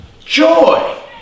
joy